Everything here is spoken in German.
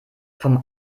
vom